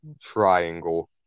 Triangle